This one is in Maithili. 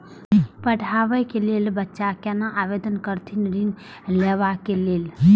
पढ़वा कै लैल बच्चा कैना आवेदन करथिन ऋण लेवा के लेल?